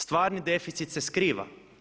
Stvarni deficit se skriva.